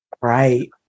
Right